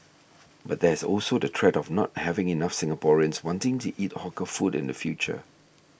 but there's also the threat of not having enough Singaporeans wanting to eat hawker food in the future